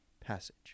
passage